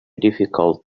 difficult